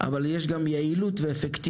אבל יש גם יעילות ואפקטיביות.